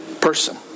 person